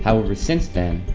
however, since then,